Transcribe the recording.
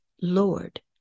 Lord